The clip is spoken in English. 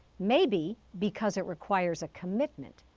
maybe because it requires a commitment.